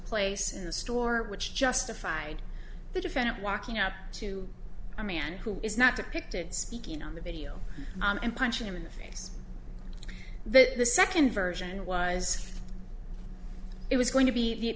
place in the store which justified the defendant walking up to a man who is not depicted speaking on the video and punching him in the face but the second version was it was going to be